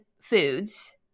foods